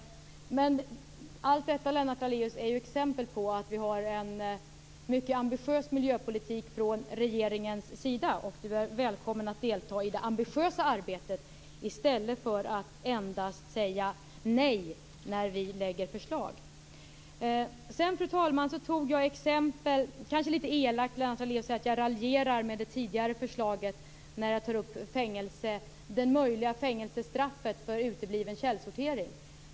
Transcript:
Men allt detta är ju exempel på att regeringen har en mycket ambitiös miljöpolitik. Lennart Daléus är välkommen att delta i det ambitiösa arbetet i stället för att bara säga nej när vi lägger fram förslag. Lennart Daléus sade att jag raljerade med det tidigare förslaget när jag som exempel nämnde det möjliga fängelsestraffet för utebliven källsortering.